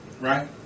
right